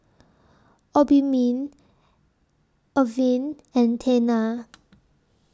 Obimin Avene and Tena